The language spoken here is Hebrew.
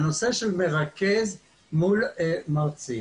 הנושא של מרכז מול מרצים